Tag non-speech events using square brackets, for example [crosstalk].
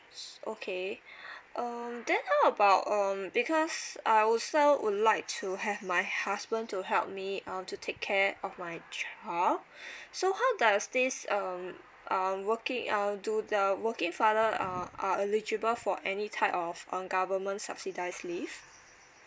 s~ okay um then how about um because I also would like to have my husband to help me um to take care of my child [breath] so how does this um uh working uh do the working father uh uh eligible for any type of government subsidise leave